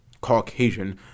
Caucasian